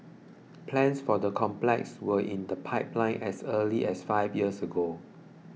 plans for the complex were in the pipeline as early as five years ago